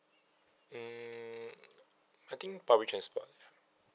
mm I think public transport